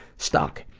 stuck.